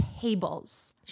tables